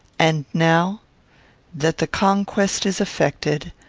and, now that the conquest is effected,